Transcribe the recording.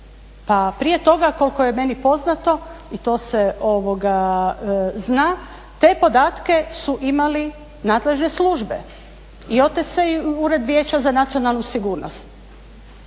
prije toga koliko je meni poznato i to se zna te podatke su imali nadležne službe i OTC i Ured vijeća za nacionalnu sigurnost.